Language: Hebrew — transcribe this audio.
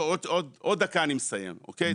אבל, אני עוד דקה אני מסיים, אוקיי?